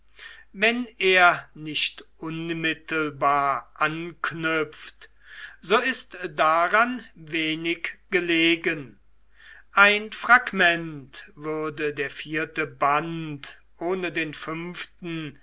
wenn er nicht unmittelbar anknüpft so ist daran wenig gelegen ein fragment würde der vierte band ohne den fünften